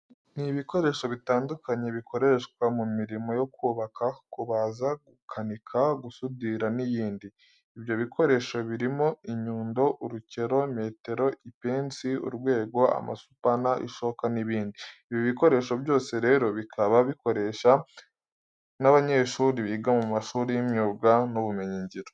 Ni ibikoresho bitandukanye bikoresho mu mirimo yo kubaka, kubaza, gukanika, gusudira n'iyindi. Ibyo bikoresho birimo inyundo, urukero, metero, ipensi, urwego, amasupana, ishoka n'ibindi. Ibi bikoresho byose rero bikaba bikoresha n'abanyeshuri biga mu mashuri y'imyuga n'ubumenyingiro.